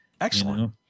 Excellent